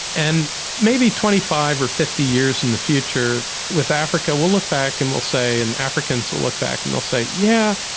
and maybe twenty five or fifty years in the future, with africa we'll look back and we'll say, and africans will look back and they'll say, yeah,